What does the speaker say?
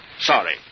Sorry